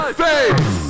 face